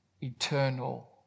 eternal